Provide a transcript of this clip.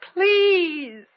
Please